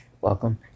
Welcome